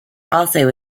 also